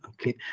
okay